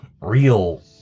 real